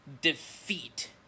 defeat